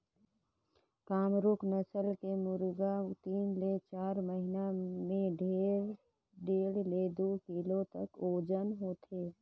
कामरूप नसल के मुरगा तीन ले चार महिना में डेढ़ ले दू किलो तक ओजन होथे